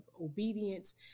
obedience